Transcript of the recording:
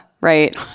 right